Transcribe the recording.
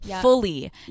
fully